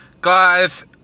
Guys